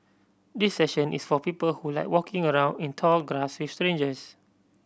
this session is for people who like walking around in tall grass with strangers